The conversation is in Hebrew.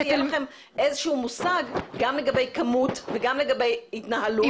יהיה לכם איזשהו מושג גם לגבי כמות וגם לגבי התנהלות.